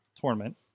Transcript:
tournament